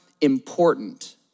important